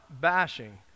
bashing